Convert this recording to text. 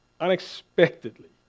unexpectedly